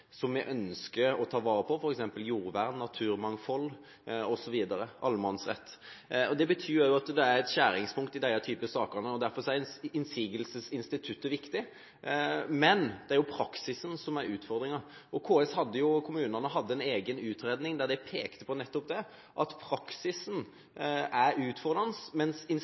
som vi ønsker å ta vare på, f.eks. jordvern, naturmangfald, allemannsretten osv. Det betyr også at det er et skjæringspunkt i denne typen saker, og derfor er innsigelsesinstituttet viktig. Men det er praksisen som er utfordringen, og kommunene hadde en egen utredning der de pekte på at det nettopp er praksisen som er utfordrende, mens